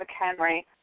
McHenry